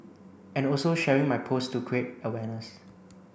and also sharing my post to create awareness